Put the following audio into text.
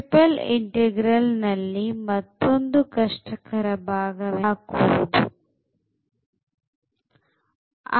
triple integral ನಲ್ಲಿ ಮತ್ತೊಂದು ಕಷ್ಟಕರವಾದ ಭಾಗವೆಂದರೆ ಅದಕ್ಕೆ ಅನುಗುಣವಾದ ಲಿಮಿಟ್ ಗಳನ್ನು spherical ಮತ್ತು cylindrical coordinate ನಲ್ಲಿ ಹಾಕುವುದು